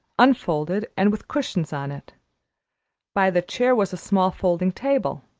unfolded and with cushions on it by the chair was a small folding-table,